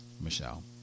Michelle